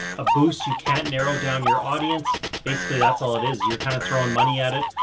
a boost. you can't narrow down your audience basically. that's all it is. you're kind of throwing money at it,